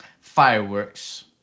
Fireworks